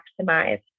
maximize